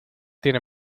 tiene